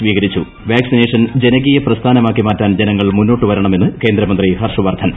സ്വീകരിച്ചു വാക്സിനേഷൻ ജനകീയ പ്രസ്ഥാനമാക്കി മാറ്റാൻ ജനങ്ങൾ മുന്നോട്ടുവരണമെന്ന് കേന്ദ്രമന്ത്രി ഹർഷവർധൻ